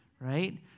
right